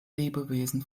lebewesen